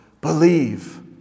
Believe